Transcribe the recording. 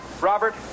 Robert